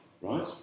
right